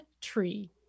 tree